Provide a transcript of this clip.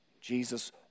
Jesus